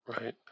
Right